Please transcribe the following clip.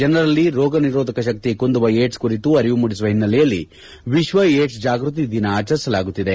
ಜನರಲ್ಲಿ ರೋಗ ನಿರೋಧಕ ಶಕ್ತಿ ಕುಂದುವ ಏಡ್ಸ್ ಕುರಿತು ಅರಿವು ಮೂಡಿಸುವ ಹಿನ್ನೆಲೆಯಲ್ಲಿ ವಿಶ್ವ ಏಡ್ಸ್ ಜಾಗೃತಿ ದಿನ ಆಚರಿಸಲಾಗುತ್ತಿದೆ